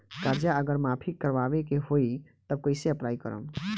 कर्जा अगर माफी करवावे के होई तब कैसे अप्लाई करम?